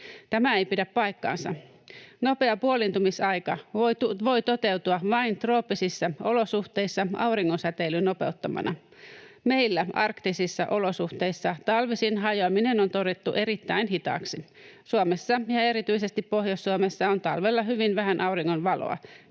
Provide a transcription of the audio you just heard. Tämä ei pidä paikkaansa. Nopea puoliintumisaika voi toteutua vain trooppisissa olosuhteissa auringon säteilyn nopeuttamana. Meillä arktisissa olosuhteissa talvisin hajoaminen on todettu erittäin hitaaksi. Suomessa ja erityisesti Pohjois-Suomessa on talvella hyvin vähän auringonvaloa.